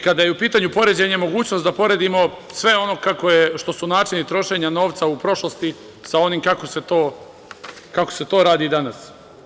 Kada je u pitanju poređenje, mogućnost da poredimo sve ono što su načini trošenja novca u prošlosti sa onim kako se to radi danas.